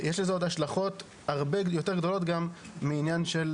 יש לזה עוד השלכות הרבה יותר גדולות גם מעניין של